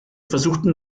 versuchten